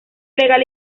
legal